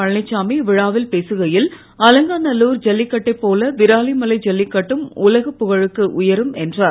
பழனிச்சாமி இவ்விழாவில் பேசுகையில் அலங்காநல்லூ ஜல்லிக்கட்டைப் போல விராவிமலை ஜல்விக்கட்டும் உலகப் புகழுக்கு உயரும் என்றார்